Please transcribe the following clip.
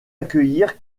accueillir